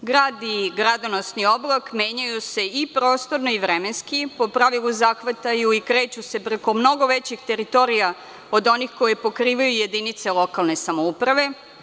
Grad i gradonosni oblak menjaju se i prostorno i vremenski, po pravilu zahvataju i kreću se preko mnogo većih teritorija od onih koje pokrivaju jedinice lokalne samouprave.